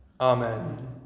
Amen